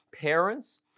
parents